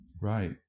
Right